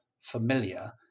familiar